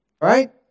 Right